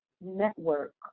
network